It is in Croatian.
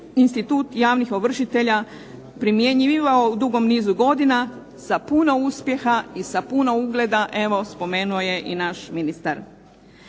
institut javnih ovršitelja primjenjivao u dugom nizu godina i sa puno uspjeha i sa puno ugleda, evo spomenuo je naš ministar.